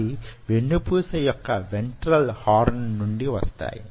అవి వెన్నుపూస యొక్క వెన్ట్రల్ హార్న్ నుండి వస్తాయి